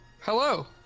Hello